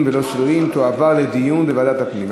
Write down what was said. מי שבעד הוא בעד דיון בוועדת הפנים,